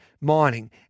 mining